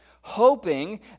hoping